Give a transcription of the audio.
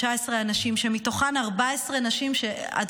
מתוכן 14 נשים עדיין בחיים,